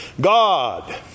God